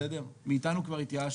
מאיתנו כבר התייאשתי,